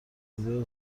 خدایا